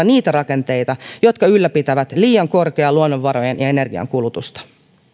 niitä rakenteita jotka ylläpitävät liian korkeaa luonnonvarojen ja energian kulutusta